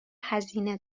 هزینه